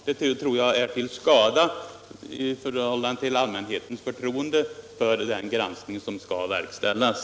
Jag tror också att det skulle vara till skada med tanke på allmänhetens förtroende för den granskning som skall verkställas.